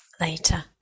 later